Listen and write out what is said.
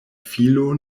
filo